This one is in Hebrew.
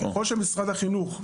ככל שמשרד החינוך,